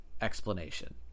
explanation